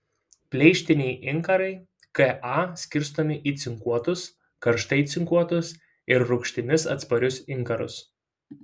pleištiniai inkarai ka skirstomi į cinkuotus karštai cinkuotus ir rūgštims atsparius inkarus